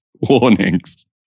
warnings